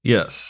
Yes